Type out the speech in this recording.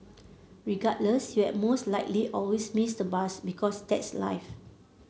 regardless you have most likely always miss the bus because that's life